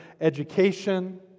education